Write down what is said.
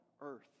earth